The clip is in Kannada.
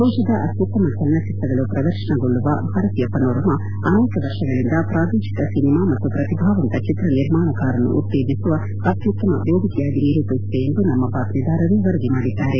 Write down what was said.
ದೇತದ ಅತ್ಯುತ್ತಮ ಚಲನಚಿತ್ರಗಳು ಪ್ರದರ್ತನಗೊಳ್ಳುವ ಭಾರತೀಯ ಪನೋರಮಾ ಅನೇಕ ವರ್ಷಗಳಿಂದ ಪ್ರಾದೇಶಿಕ ಸಿನಿಮಾ ಮತ್ತು ಪ್ರತಿಭಾವಂತ ಚಿತ್ರ ನಿರ್ಮಾಣಕಾರರನ್ನು ಉತ್ತೇಜಿಸುವ ಅತ್ಯುತ್ತಮ ವೇದಿಕೆಯಾಗಿ ನಿರೂಪಿಸಿದೆ ಎಂದು ನಮ್ನ ಬಾತ್ವೀದಾರರು ವರದಿ ಮಾಡಿದ್ದಾರೆ